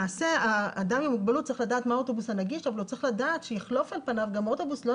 למעשה האדם עם מוגבלות צריך לדעת מה האוטובוס הנגיש,